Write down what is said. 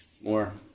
more